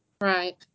Right